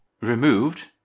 Removed